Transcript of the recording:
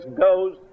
goes